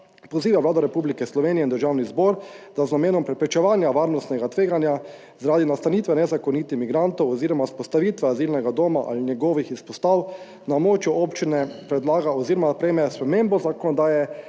Poziva Vlado Republike Slovenije in Državni zbor, da z namenom preprečevanja varnostnega tveganja zaradi nastanitve nezakonitih migrantov oziroma vzpostavitve azilnega doma ali njegovih izpostav na območju občine predlaga oziroma sprejme spremembo zakonodaje,